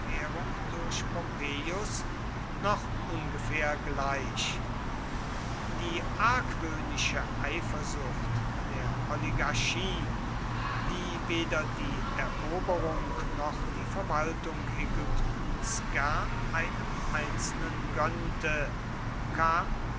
pompeius noch ungefähr gleich die argwöhnische eifersucht der oligarchie die weder die eroberung noch die verwaltung ägyptens gern einem einzelnen gönnte kam